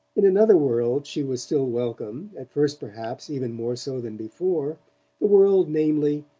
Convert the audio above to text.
in another world she was still welcome, at first perhaps even more so than before the world, namely,